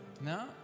No